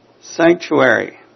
Sanctuary